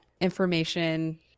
information